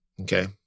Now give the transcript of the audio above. Okay